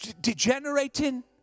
degenerating